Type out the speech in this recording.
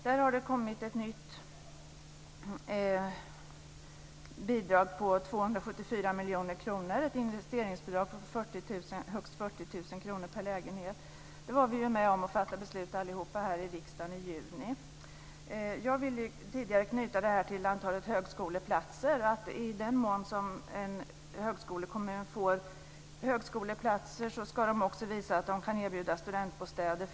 Där har det kommit ett nytt bidrag på 274 miljoner kronor. Det handlar om ett investeringsbidrag på högst 40 000 kr per lägenhet. Det var vi alla här i riksdagen med och fattade beslut om i juni. Jag ville tidigare knyta detta till antalet högskoleplatser. I den mån en högskolekommun får högskoleplatser ska de också visa att de kan erbjuda studentbostäder.